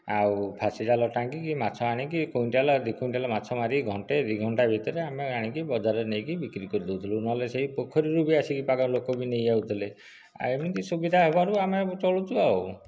ଆଉ ଫାଶୀଜାଲ ଟାଙ୍ଗିକି ମାଛ ଆଣିକି କୁଇଣ୍ଟାଲ ଦୁଇ କୁଇଣ୍ଟାଲ ମାଛ ମାରି ଘଣ୍ଟାଏ ଦୁଇ ଘଣ୍ଟାଏ ଭିତରେ ଆମେ ଆଣିକି ବଜାରରେ ନେଇକି ବିକ୍ରି କରିଦେଉଥିଲୁ ନ ହେଲେ ସେହି ପୋଖରୀରୁ ବି ପାଖ ଲୋକ ବି ନେଇଯାଉଥିଲେ ଆଉ ଏମିତି ସୁବିଧା ହେବାରୁ ଆମେ ଚଳୁଛୁ ଆଉ